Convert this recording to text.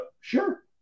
Sure